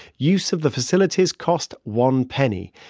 use of the facilities cost one penny,